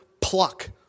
pluck